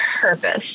purpose